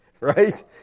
Right